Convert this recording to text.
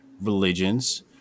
religions